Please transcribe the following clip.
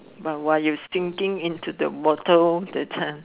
while you sinking into the water that time